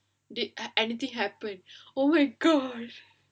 if anything happen oh my gosh